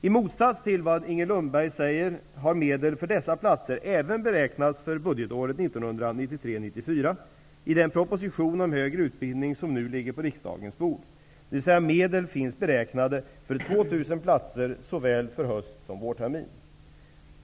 I motsats till vad Inger Lundberg säger har medel för dessa platser även beräknats för budgetåret 1993/94 i den proposition om högre utbildning som nu ligger på riksdagens bord, dvs. medel finns beräknade för 2 000 platser såväl höst som vårtermin.